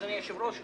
אדוני היושב-ראש,